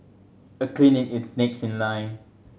a clinic is next in line